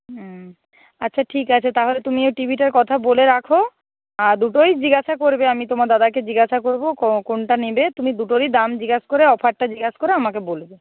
হুম আচ্ছা ঠিক আছে তাহলে তুমি ওই টি ভিটার কথা বলে রাখো আর দুটোই জিজ্ঞাসা করবে আমি তোমার দাদাকে জিজ্ঞাসা করব কোনটা নেবে তুমি দুটোরই দাম জিজ্ঞাসা করে অফারটা জিজ্ঞাসা করে আমাকে বলবে